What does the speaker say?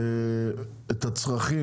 את הצרכים